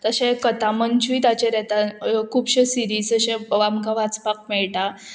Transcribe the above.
तशें कथामंचूय ताचेर येता खुबशे सिरीज अशे आमकां वाचपाक मेळटा